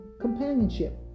companionship